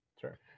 sure